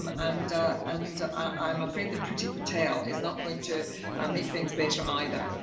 um and and i'm afraid that priti patel is not going to make things better either.